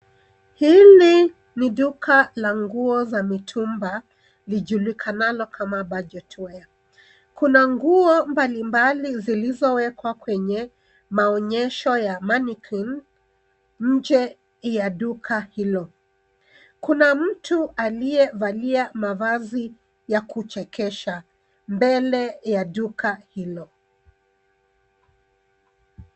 Hili ni duka la nguo za mitumba lijulikanalo kama Budget Wear. Kuna nguo mbalimbali zilizowekwa kwenye maonyesho ya mannequin nje ya duka hilo. Kuna mtu aliyevalia mavazi ya kuchekesha mbele ya duka hilo.